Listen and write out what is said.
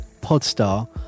PodStar